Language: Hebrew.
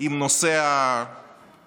עם נושא הדיון.